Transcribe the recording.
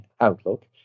outlook